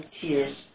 tears